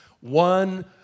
one